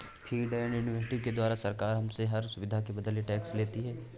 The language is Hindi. फीस एंड इफेक्टिव के द्वारा सरकार हमसे हर सुविधा के बदले टैक्स लेती है